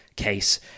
case